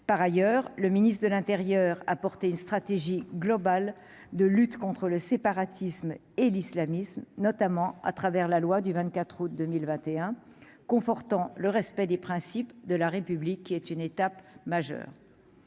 par ailleurs, le ministre de l'Intérieur a porté une stratégie globale de lutte contre le séparatisme et l'islamisme, notamment à travers la loi du 24 août 2021, confortant le respect des principes de la République qui est une étape majeure